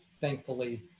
thankfully